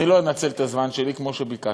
אני לא אנצל את הזמן שלי, כמו שביקשת,